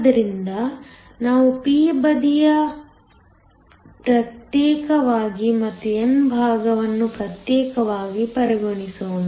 ಆದ್ದರಿಂದ ನಾವು p ಬದಿಯ ಅನ್ನು ಪ್ರತ್ಯೇಕವಾಗಿ ಮತ್ತು n ಭಾಗವನ್ನು ಪ್ರತ್ಯೇಕವಾಗಿ ಪರಿಗಣಿಸೋಣ